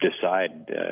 decide